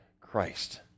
Christ